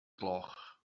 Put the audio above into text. gloch